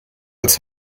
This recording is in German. als